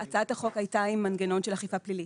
הצעת החוק הייתה עם מנגנון של אכיפה פלילית.